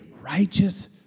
righteous